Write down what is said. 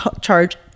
charge